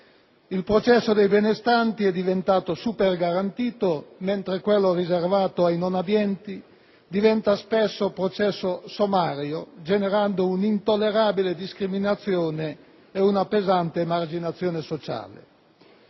Il processo dei benestanti è diventato supergarantito, mentre quello riservato ai non abbienti diventa spesso processo sommario, generando un'intollerabile discriminazione e una pesante emarginazione sociale.